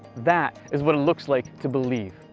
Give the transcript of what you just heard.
that is what it looks like to believe.